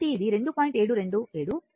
కాబట్టి ఇది 2